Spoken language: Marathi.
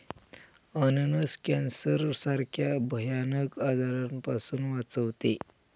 अननस कॅन्सर सारख्या भयानक आजारापासून वाचवते